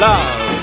Love